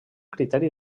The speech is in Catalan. criteri